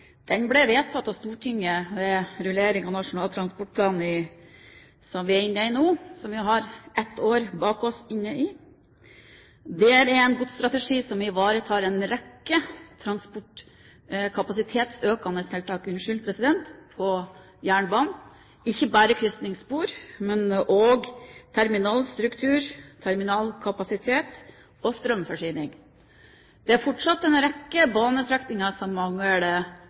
Den ble vedtatt av Stortinget ved rullering av Nasjonal transportplan, den perioden som vi nå er inne i, med ett år bak oss. Det er en godsstrategi som ivaretar en rekke transportkapasitetsøkende tiltak på jernbanen – ikke bare krysningsspor, men også terminalstruktur, terminalkapasitet og strømforsyning. Det er fortsatt en rekke banestrekninger som mangler